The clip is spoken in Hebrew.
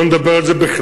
לא נדבר על זה בכלל,